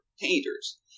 painters